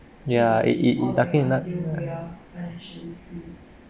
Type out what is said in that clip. yeah it is tucking a knot